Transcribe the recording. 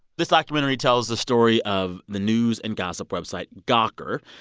this documentary tells the story of the news and gossip website gawker.